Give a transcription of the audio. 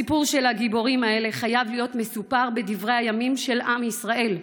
הסיפור של הגיבורים האלה חייב להיות מסופר בדברי הימים של עם ישראל.